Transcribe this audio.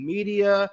Media